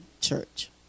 church